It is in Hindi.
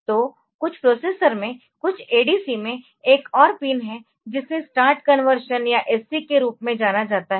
तो कुछ प्रोसेसर में कुछ ADC में एक और पिन है जिसे स्टार्ट कन्वर्शन या SC के रूप में जाना जाता है